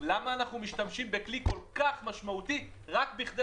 למה משתמשים בכלי כל כך משמעותי רק כדי